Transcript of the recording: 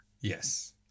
Yes